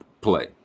play